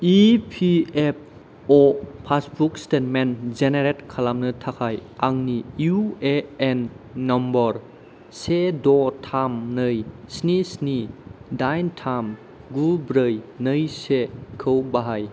EPFO passbook statement generate खालामनो थाखाय आंनि इउएएन नम्बर से द' थाम नै स्नि स्नि दाइन थाम गु ब्रै नै सेखौ बाहाय